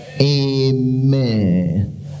Amen